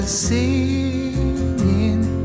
singing